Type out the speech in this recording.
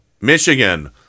Michigan